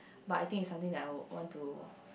but I think is something that I want to